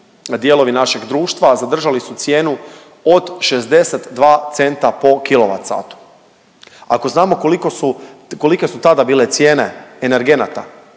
dijelovi našeg društva zadržali su cijenu od 62 centa po kWh. Ako znamo koliko su, kolike su tada bile cijene energenata,